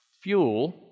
Fuel